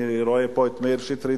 אני רואה פה את מאיר שטרית,